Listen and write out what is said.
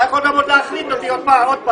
אתה יכול גם להקליט אותי עוד פעם.